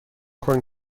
کنگ